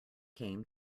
came